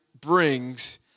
brings